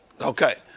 Okay